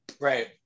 right